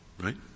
right